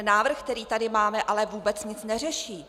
Návrh, který tady máme, ale vůbec nic neřeší.